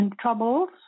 Troubles